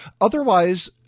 Otherwise